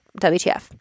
WTF